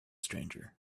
stranger